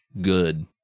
Good